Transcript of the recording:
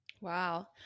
Wow